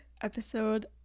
episode